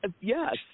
yes